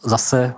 Zase